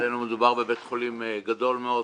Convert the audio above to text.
אצלנו מדובר בבית חולים גדול מאוד.